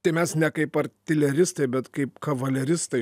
tai mes ne kaip artileristai bet kaip kavaleristai